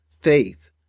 faith